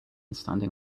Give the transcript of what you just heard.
standing